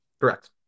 Correct